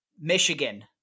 Michigan